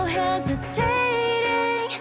hesitating